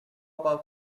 about